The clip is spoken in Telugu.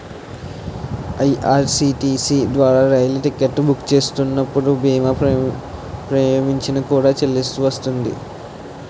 ఐ.ఆర్.సి.టి.సి ద్వారా రైలు టికెట్ బుక్ చేస్తున్నప్పుడు బీమా ప్రీమియంను కూడా చెల్లిస్తే మంచిది